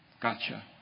Gotcha